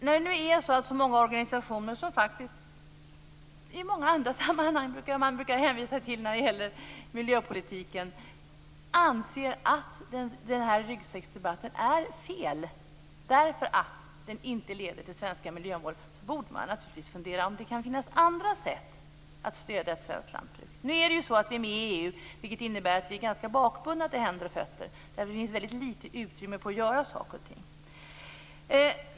När det nu är så att så många organisationer som man i många andra sammanhang faktiskt brukar hänvisa till när det gäller miljöpolitiken anser att denna ryggsäcksdebatt är felaktig därför att den inte leder till svenska miljömål borde man naturligtvis fundera över om det kan finnas andra sätt att stödja svenskt lantbruk. Nu är det ju så att vi är med i EU, vilket innebär att vi är ganska bakbundna till händer och fötter därför att det finns väldigt lite utrymme för att göra saker och ting.